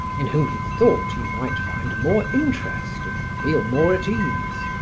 in whom he thought he might find more interest and feel more at ease.